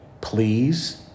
Please